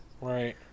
Right